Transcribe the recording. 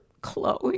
Chloe